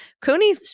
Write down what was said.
Cooney